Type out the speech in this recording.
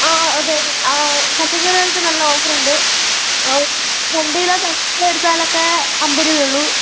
ആ അതെ പച്ചക്കറികൾക്ക് നല്ല ഓഫറുണ്ട് രണ്ടു കിലോ പഞ്ചസാര എടുത്താലൊക്കെ അമ്പത് രൂപയേ ഉള്ളൂ